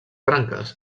branques